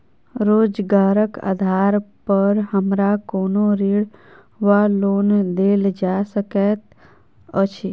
रोजगारक आधार पर हमरा कोनो ऋण वा लोन देल जा सकैत अछि?